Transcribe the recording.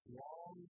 long